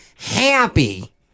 happy